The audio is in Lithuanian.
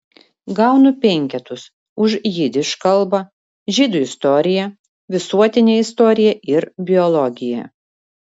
gaunu penketus už jidiš kalbą žydų istoriją visuotinę istoriją ir biologiją